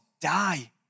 die